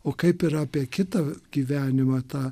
o kaip ir apie kitą gyvenimą tą